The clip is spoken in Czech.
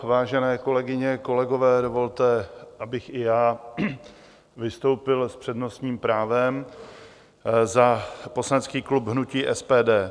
Vážené kolegyně, kolegové, dovolte, abych i já vystoupil s přednostním právem za poslanecký klub hnutí SPD.